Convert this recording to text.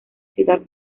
ciudad